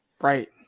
Right